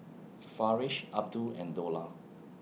Farish Abdul and Dollah